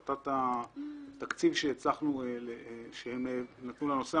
והחלטת התקציב שהם נתנו לנושא,